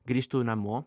grįžtų namo